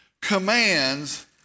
commands